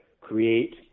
create